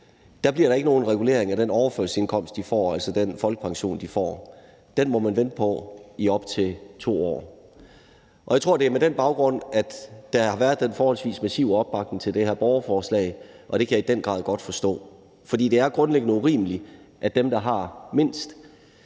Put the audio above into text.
bliver der ikke nogen regulering af den overførselsindkomst, de får, altså den folkepension, de får. Den må man vente på i op til 2 år. Jeg tror, det er med den baggrund, at der har været den forholdsvis massive opbakning til det her borgerforslag, og det kan jeg i den grad godt forstå. For det er grundlæggende urimeligt, at dem, der har mindst,